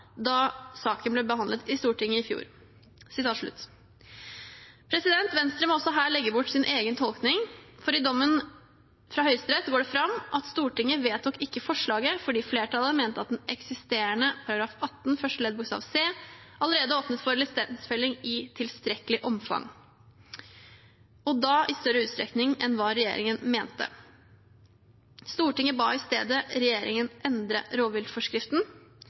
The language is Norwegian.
da saken ble behandlet i Stortinget i fjor.» Venstre må også her legge bort sin egen tolkning, for i dommen fra Høyesterett går det fram at Stortinget ikke vedtok forslaget, fordi flertallet mente at den eksisterende § 18 første ledd bokstav c allerede åpnet for lisensfelling i tilstrekkelig omfang, og da i større utstrekning enn hva regjeringen mente. Stortinget ba i stedet regjeringen endre rovviltforskriften.